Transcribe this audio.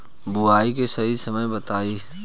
बुआई के सही समय बताई?